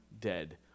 dead